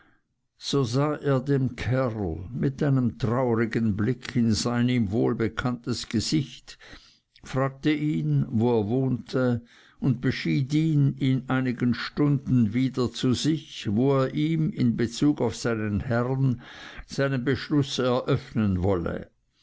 dem kerl mit einem traurigen blick in sein ihm wohlbekanntes gesicht fragte ihn wo er wohnte und beschied ihn in einigen stunden wieder zu sich wo er ihm in bezug auf seinen herrn seinen beschluß eröffnen wolle